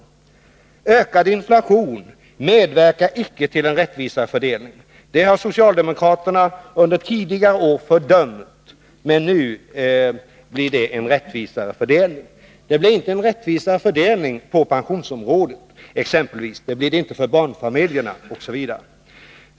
Ökad inflation medverkar inte till en rättvisare fördelning. Ökad inflation har socialdemokraterna tidigare fördömt; nu medverkar den till en rättvisare fördelning. Det blir ingen rättvisare fördelning på pensionsområdet, inte för barnfamiljerna osv.